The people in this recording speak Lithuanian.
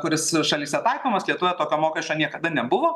kuris šalyse taikomas lietuvoje tokio mokesčio niekada nebuvo